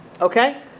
Okay